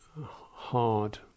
hard